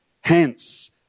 Hence